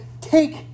take